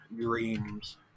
dreams